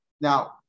Now